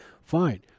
Fine